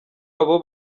abo